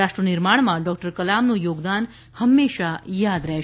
રાષ્ટ્ર નિર્માણમાં ડોક્ટર કલામનું થોગદાન હંમેશા યાદ રહેશે